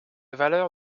valeur